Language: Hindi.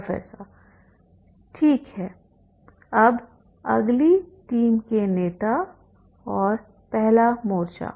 प्रोफेसर ठीक है अब अगली टीम के नेता और पहला मोर्चा